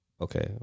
Okay